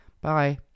Bye